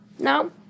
No